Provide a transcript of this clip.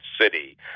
city